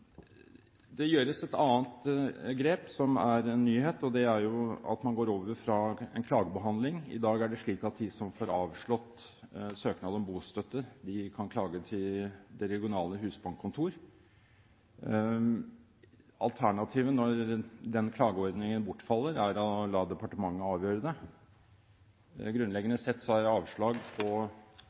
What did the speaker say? Det gjøres et annet grep som er en nyhet, og det er at man går inn for en klagenemnd. I dag er det slik at de som får avslått søknad om bostøtte, kan klage til det regionale husbankkontoret. Alternativet når den klageordningen bortfaller, er å la departementet avgjøre det. Grunnleggende sett er avslag